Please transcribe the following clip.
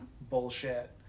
bullshit